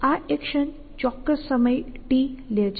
તેથી આ એક્શન ચોક્કસ સમય t લે છે